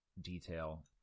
detail